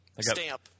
Stamp